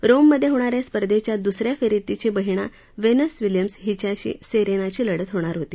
रोममधे होणाऱ्या या स्पर्धेच्या दुसऱ्या फेरीत तिची बहीण व्हेनस विल्यम्स हिच्याशी सेरेनाची लढत होणार होती